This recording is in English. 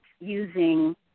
using